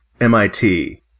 MIT